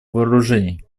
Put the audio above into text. вооружений